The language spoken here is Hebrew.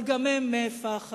אבל גם הם מ-פ-ח-דים,